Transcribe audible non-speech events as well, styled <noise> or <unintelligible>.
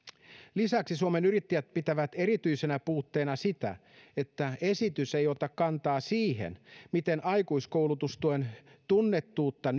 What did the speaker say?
lisäksi suomen yrittäjät pitää erityisenä puutteena sitä että esitys ei ota kantaa siihen miten aikuiskoulutustuen tunnettuutta <unintelligible>